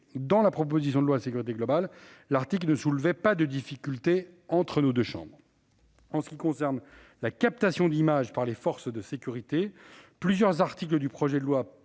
dans la proposition de loi relative à la sécurité globale, l'article ne soulevait pas de difficulté entre nos deux assemblées. J'en viens à la captation d'images par les forces de sécurité. Plusieurs articles du projet de loi